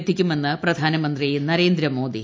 എത്തിക്കുമെന്ന് പ്രധാനമന്ത്രി നരേന്ദ്രമോദി